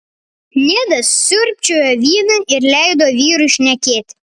nedas siurbčiojo vyną ir leido vyrui šnekėti